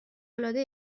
العاده